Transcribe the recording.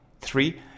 Three